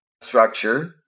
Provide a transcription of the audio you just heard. structure